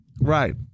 Right